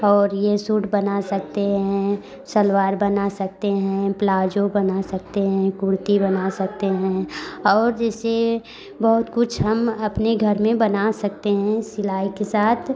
और ये सूट बना सकते हैं सलवार बना सकते हैं प्लाजो बना सकते हैं कुर्ती बना सकते हैं और जैसे बहुत कुछ हम अपने घर में बना सकते हैं सिलाई के साथ